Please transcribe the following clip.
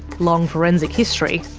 long forensic history.